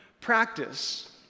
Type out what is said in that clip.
practice